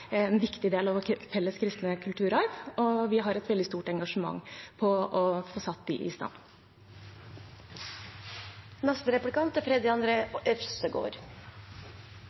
en viktig del av vår felles kristne kulturarv, og vi har et veldig stort engasjement for å få satt dem i stand. Over 111 000 barn vokser opp i fattigdom. Det er